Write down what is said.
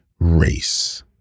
race